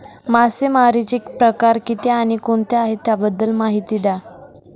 मासेमारी चे प्रकार किती आणि कोणते आहे त्याबद्दल महिती द्या?